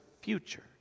future